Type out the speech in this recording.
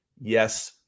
yes